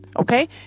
Okay